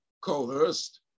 coerced